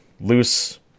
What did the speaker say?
loose